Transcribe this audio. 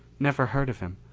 never heard of him.